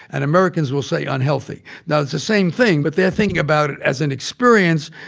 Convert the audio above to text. and americans will say unhealthy. now, it's the same thing, but they're thinking about it as an experience,